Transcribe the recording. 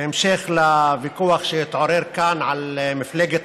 בהמשך לוויכוח שהתעורר כאן על מפלגת